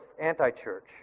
anti-church